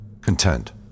Content